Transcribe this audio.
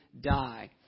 die